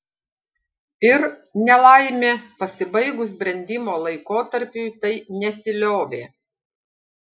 ir nelaimė pasibaigus brendimo laikotarpiui tai nesiliovė